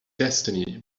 destiny